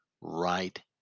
right